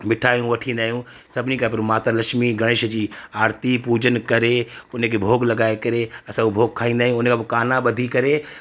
मिठायूं वठी ईंदा आहियूं सभिनी खां पहिरियों माता लक्ष्मी गणेश जी आरती पूॼन करे उन खे भोॻु लॻाए करे असां उहो भोॻु खाईंदा आहियूं उन खां पोइ काना ॿधी करे